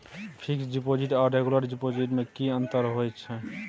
Fix deposit आर regular deposit में की अंतर होय छै?